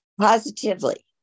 positively